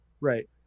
Right